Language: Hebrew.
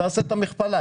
תעשה את המכפלה,